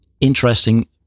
interesting